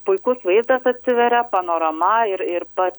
puikus vaizdas atsiveria panorama ir ir pat